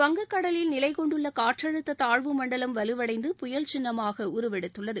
வங்கக்கடலில் நிலை கொண்டுள்ள காற்றழுத்த தாழ்வுமண்டலம் வலுவடைந்து புயல் சின்னமாக உருவெடுத்துள்ளது